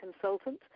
consultant